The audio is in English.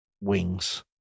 wings